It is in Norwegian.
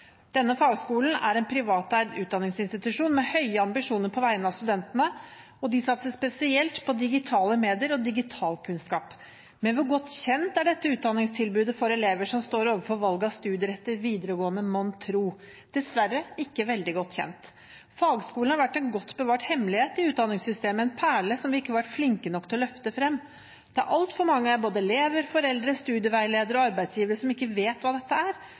studentene, og de satser spesielt på digitale medier og digital kunnskap. Men hvor godt kjent er dette utdanningstilbudet for elever som står overfor valg av studier etter videregående, mon tro? Dessverre ikke veldig godt kjent! Fagskolene har vært en godt bevart hemmelighet i utdanningssystemet, en perle som vi ikke har vært flinke nok til å løfte frem. Det er altfor mange både elever, foreldre, studieveiledere og arbeidsgivere som ikke vet hva dette er.